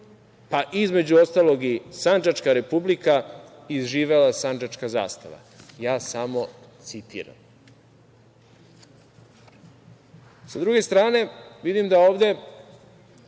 pa između ostalog i sandžačka republika i živela sandžačka zastava. Ja samo citiram. Sa druge strane, vidim da ovde